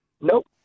Nope